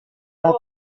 bat